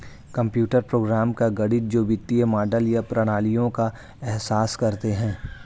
computer program का गणित जो वित्तीय मॉडल या प्रणालियों का एहसास करते हैं